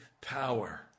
power